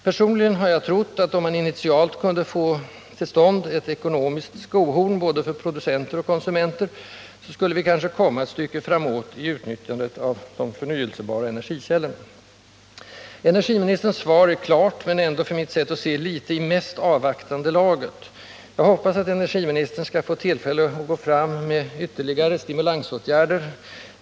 Personligen har jag trott att om man initialt kunde få till stånd ett ekonomiskt skohorn för både producenter och konsumenter skulle vi kanske komma ett stycke framåt i utnyttjandet av de förnyelsebara energikällorna. Energiministerns svar är klart men ändå enligt mitt sätt att se litet i mest avvaktande laget. Jag hoppas att energiministern skall få tillfälle att gå fram med ytterligare stimulansåtgärder.